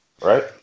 Right